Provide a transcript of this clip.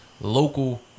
local